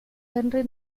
henri